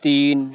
تین